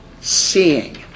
seeing